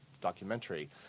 documentary